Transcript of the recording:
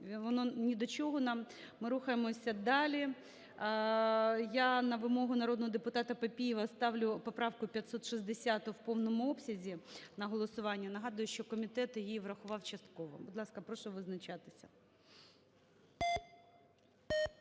воно ні до чого нам. Ми рухаємосядалі.Я на вимогу народного депутата Папієва ставлю поправку 560 в повному обсязі на голосування. Нагадую, що комітет її врахував частково. Будь ласка, прошу визначатися.